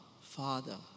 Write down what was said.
Father